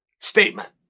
statement